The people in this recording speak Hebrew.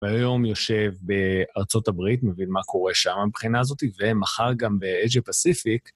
והיום יושב בארצות הברית, מבין מה קורה שם מבחינה הזאת, ומחר גם ב-Asia Pacific.